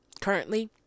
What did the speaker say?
currently